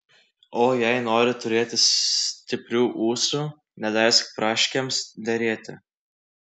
o jei nori turėti stiprių ūsų neleisk braškėms derėti